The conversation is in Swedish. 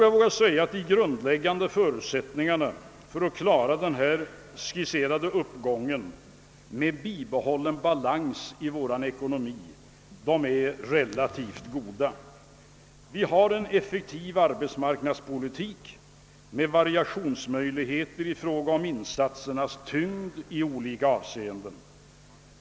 Jag vågar nog säga att de grundläggande förutsättningarna för att klara den skisserade uppgången med bibehållen balans i vår ekonomi är relativt goda. Vi har en effektiv arbetsmarknadspolitik med variationsmöjligheter i fråga om insatsernas tyngd i olika avseenden.